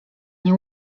nie